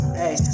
hey